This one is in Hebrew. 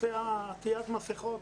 נושא עטיית מסכה,